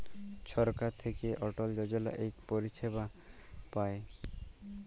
ছরকার থ্যাইকে অটল যজলা ইক পরিছেবা পায়